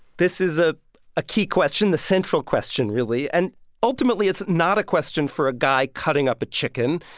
this is a a key question, the central question really. and ultimately, it's not a question for a guy cutting up a chicken.